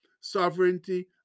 sovereignty